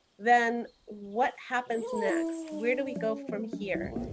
then, what happens next? where do we go from here?